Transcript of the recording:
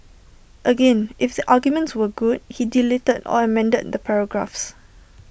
again if the arguments were good he deleted or amended the paragraphs